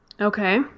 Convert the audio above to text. Okay